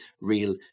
real